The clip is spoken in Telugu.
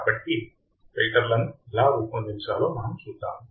కాబట్టి ఫిల్టర్లను ఎలా రూపొందించాలో మనము చూద్దాము